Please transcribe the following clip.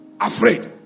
afraid